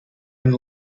and